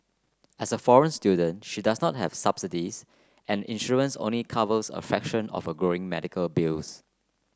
as a foreign student she does not have subsidies and insurance only covers a fraction of her growing medical bills